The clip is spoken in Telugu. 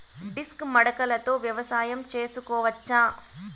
డిస్క్ మడకలతో వ్యవసాయం చేసుకోవచ్చా??